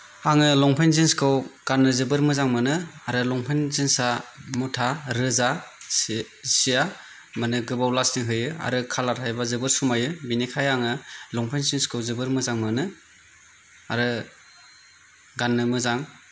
आङो लंपेन्ट जिन्सखौ गाननो जोबोर मोजां मोनो आरो लंपेन जिन्सआ मुथा रोजा जि जिआ माने गोबाव लास्टिं होयो आरो कालार थायोबा जोबोर समायो बेनिखाय आङो लंपेन जिन्सखौ जोबोर मोजां मोनो आरो गाननो मोजां